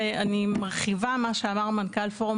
אני מרחיבה את מה שאמר מנכ"ל פורום